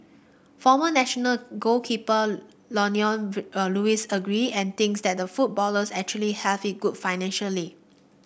former national goalkeeper Lionel Lewis agree and thinks that footballers actually have it good financially